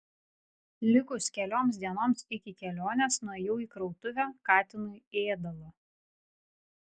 likus kelioms dienoms iki kelionės nuėjau į krautuvę katinui ėdalo